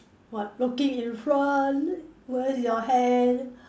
what looking in front with your hand